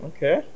Okay